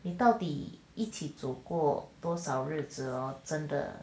你到底一起走过多少日子真的